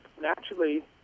naturally